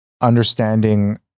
understanding